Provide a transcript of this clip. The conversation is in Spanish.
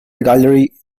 gallery